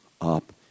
up